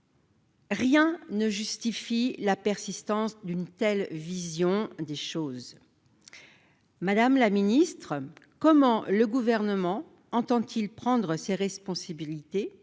Rien ne justifie la persistance d'une telle vision des choses. Madame la ministre, comment le Gouvernement entend-il prendre ses responsabilités